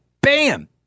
bam